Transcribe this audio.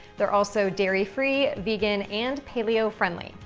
they're also dairy-free, vegan, and paleo-friendly.